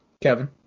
Kevin